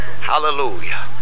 hallelujah